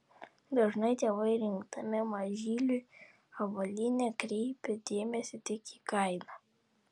dažnai tėvai rinkdami mažyliui avalynę kreipia dėmesį tik į kainą